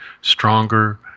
stronger